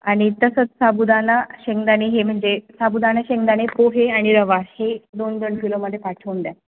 आणि तसंच साबुदाणा शेंगदाणे हे म्हणजे साबुदाणा शेंगदाणे पोहे आणि रवा हे दोन दोन किलोमध्ये पाठवून द्या